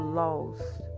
lost